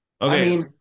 Okay